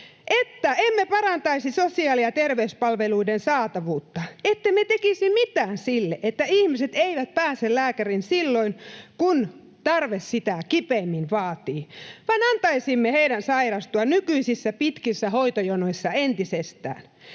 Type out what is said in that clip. emme parantaisi sosiaali- ja terveyspalveluiden saatavuutta; ettemme tekisi mitään sille, että ihmiset eivät pääse lääkäriin silloin, kun tarve sitä kipeimmin vaatii, vaan antaisimme heidän sairastua nykyisissä pitkissä hoitojonoissa entisestään;